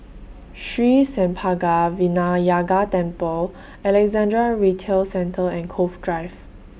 Sri Senpaga Vinayagar Temple Alexandra Retail Centre and Cove Drive